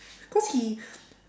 cause he